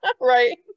Right